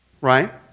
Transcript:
right